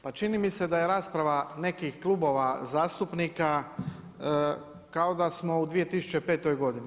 Pa čini mi se da je rasprava nekih klubova zastupnika kao da smo u 2005. godini.